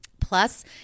Plus